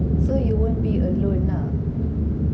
so you won't be alone lah